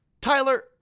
Tyler